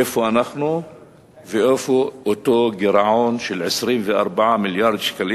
איפה אנחנו ואיפה אותו גירעון של 24 מיליארד שקלים